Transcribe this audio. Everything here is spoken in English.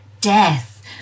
death